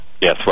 Yes